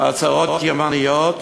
הצהרות ימניות